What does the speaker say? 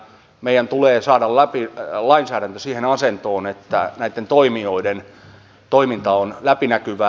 meidän tulee saada lainsäädäntö siihen asentoon että näitten toimijoiden toiminta on läpinäkyvää